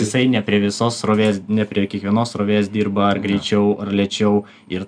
jisai ne prie visos srovės ne prie kiekvienos srovės dirba ar greičiau ir lėčiau ir